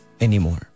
anymore